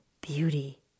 Beauty